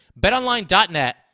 BetOnline.net